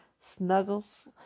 Snuggles